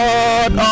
God